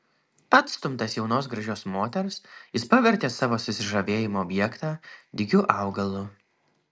atstumtas jaunos gražios moters jis pavertė savo susižavėjimo objektą dygiu augalu